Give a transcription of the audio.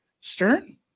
stern